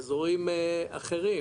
אזורים אחרים,